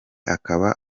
akaba